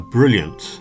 brilliant